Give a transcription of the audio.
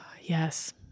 Yes